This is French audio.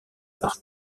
par